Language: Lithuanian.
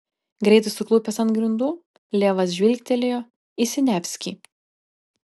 greitai suklupęs ant grindų levas žvilgtelėjo į siniavskį